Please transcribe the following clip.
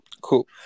Cool